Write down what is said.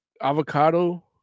avocado